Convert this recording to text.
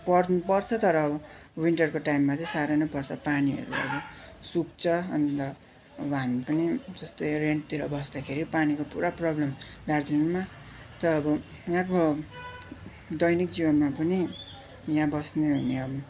पर्नु पर्छ तर अब विन्टरको टाइममा चाहिँ साह्रै नै पर्छ पानीहरू अब सुक्छ अन्त अब हामी पनि जस्तै रेन्टतिर बस्दाखेरि पानीको पुरा प्रब्लम दार्जिलिङमा जस्तै अब यहाँको दैनिक जीवनमा पनि यहाँ बस्ने हुने अब